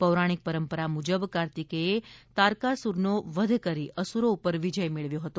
પૌરાણિક પરંપરા મુજબ કાર્તિકેયે તારકાસુરનો વધ કરી અસુરો પર વિજય મેળવ્યો હતો